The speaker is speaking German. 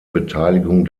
beteiligung